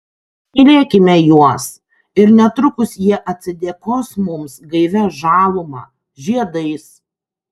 mylėkime juos ir netrukus jie atsidėkos mums gaivia žaluma žiedais